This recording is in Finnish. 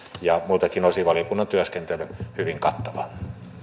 ja muiltakin osin valiokunnan työskentely hyvin kattavaa